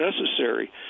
necessary